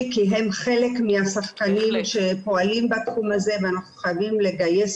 כי הם חלק מהשחקנים שפועלים בתחום הזה ואנחנו חייבים לגייס